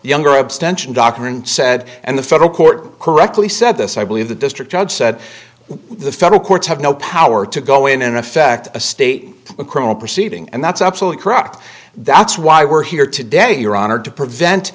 doctorand said and the federal court correctly said this i believe the district judge said the federal courts have no power to go in and effect a state criminal proceeding and that's absolutely correct that's why we're here today your honor to prevent